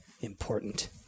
important